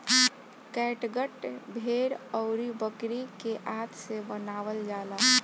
catgut भेड़ अउरी बकरी के आंत से बनावल जाला